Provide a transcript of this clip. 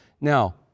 Now